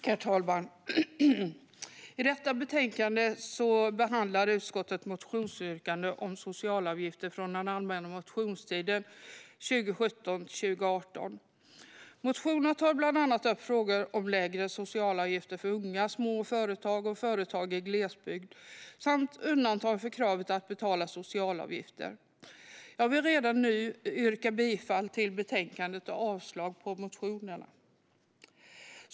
Herr talman! I detta betänkande behandlar utskottet motionsyrkanden om socialavgifter från den allmänna motionstiden 2017-2018. Motionerna tar bland annat upp frågor om lägre socialavgifter för unga, små företag och företag i glesbygd samt undantag från kravet att betala socialavgifter. Jag vill redan nu yrka bifall till utskottets förslag i betänkandet och avslag på motionerna.